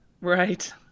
Right